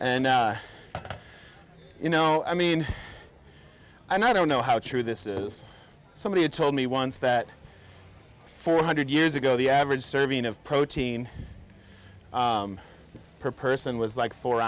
and you know i mean i don't know how true this is somebody told me once that four hundred years ago the average serving of protein per person was like four